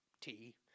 tea